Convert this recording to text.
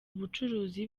ubucuruzi